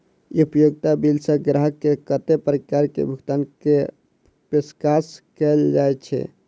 उपयोगिता बिल सऽ ग्राहक केँ कत्ते प्रकार केँ भुगतान कऽ पेशकश कैल जाय छै?